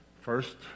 First